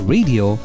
Radio